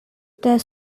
their